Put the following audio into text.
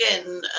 again